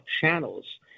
channels